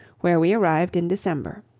where we arrived in december.